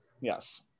Yes